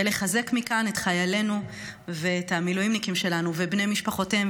ולחזק מכאן את חיילינו ואת המילואימניקים שלנו ובני משפחותיהם,